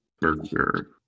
burger